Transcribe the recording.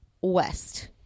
West